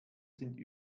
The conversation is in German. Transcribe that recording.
sind